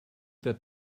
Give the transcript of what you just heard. that